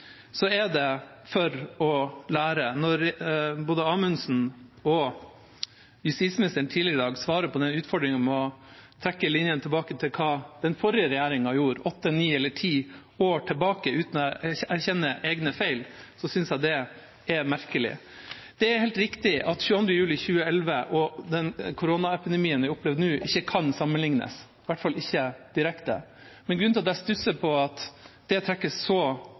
er det for å lære. Når både Amundsen og justisministeren tidligere i dag svarer på utfordringen om å trekke linjene tilbake til hva den forrige regjeringen gjorde åtte, ni eller ti år tilbake i tid uten å erkjenne egne feil, synes jeg det er merkelig. Det er helt riktig at 22. juli 2011 og den koronaepidemien vi har opplevd nå, ikke kan sammenlignes, i hvert fall ikke direkte. Grunnen til at jeg stusser over at det trekkes så